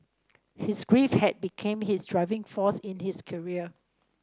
his grief had became his driving force in his career